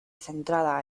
centrada